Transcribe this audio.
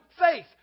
faith